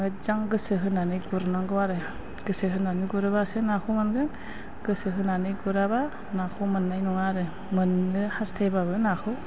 मोजां गोसो होनानै गुरनांगौ आरो गोसो होनानै गुरोब्लासो नाखौ मोनो गोसो होनानै गुराब्ला नाखौ मोननाय नङा आरो मोननो हास्थायब्लाबो नाखौ